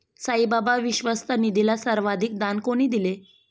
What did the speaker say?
साईबाबा विश्वस्त निधीला सर्वाधिक दान कोणी दिले?